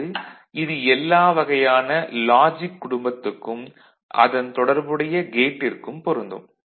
அதாவது இது எல்லா வகையான லாஜிக் குடும்பத்துக்கும் அதன் தொடர்புடைய கேட்டிற்கும் பொருந்தும்